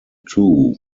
two